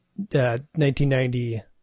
1990